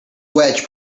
wedge